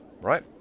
Right